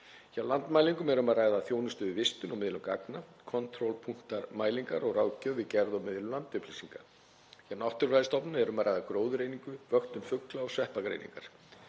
Hjá Landmælingum er um að ræða þjónustu við vistun og miðlun gagna, kontrólpunktamælingar og ráðgjöf við gerð og miðlun landupplýsinga. Hjá Náttúrufræðistofnun er um að ræða gróðurgreiningu, vöktun fugla og sveppagreiningar.